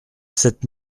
sept